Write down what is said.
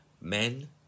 men